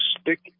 stick